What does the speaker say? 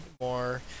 more